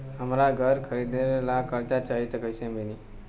हमरा घर खरीदे ला कर्जा चाही त कैसे मिली?